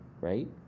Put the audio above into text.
right